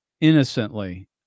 innocently